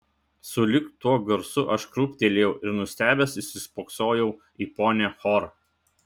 sulig tuo garsu aš krūptelėjau ir nustebęs įsispoksojau į ponią hor